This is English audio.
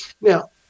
Now